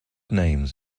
names